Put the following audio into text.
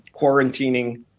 quarantining